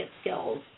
skills